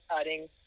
adding